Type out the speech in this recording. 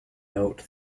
out